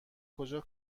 کجا